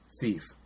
thief